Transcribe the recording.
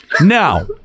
now